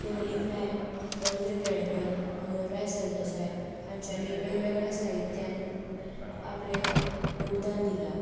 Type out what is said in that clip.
पुंडलीक नायक रविंद्र केळेकर मनोहरराय सरदेसाय हांच्यांनी वेगवेगळ्या साहित्यांत आपलें योगदान दिलां